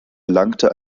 erlangte